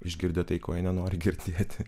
išgirdę tai ko jie nenori girdėti